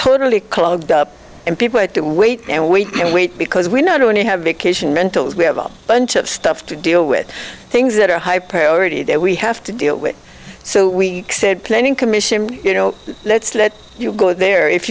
totally clogged up and people had to wait and wait and wait because we not only have a cation mentals we have a bunch of stuff to deal with things that are high priority that we have to deal with so we said planning commission you know let's let you go there if